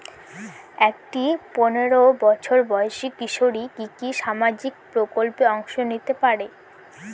একটি পোনেরো বছর বয়সি কিশোরী কি কি সামাজিক প্রকল্পে অংশ নিতে পারে?